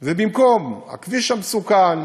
זה במקום הכביש המסוכן,